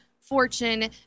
fortune